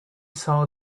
saw